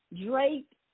Drake